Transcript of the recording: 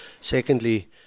Secondly